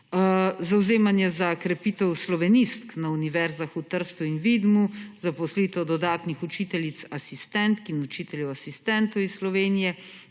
Zavzemanje za krepitev slovenistk na Univerzah v Trstu in Vidmu, zaposlitev dodatnih učiteljic asistentk in učiteljev asistentov iz Slovenije,